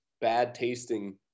bad-tasting